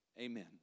Amen